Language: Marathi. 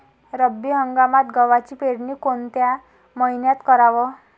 रब्बी हंगामात गव्हाची पेरनी कोनत्या मईन्यात कराव?